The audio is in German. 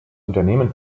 unternehmen